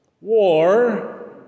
war